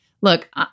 Look